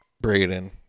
Braden